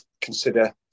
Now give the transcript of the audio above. Consider